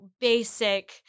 basic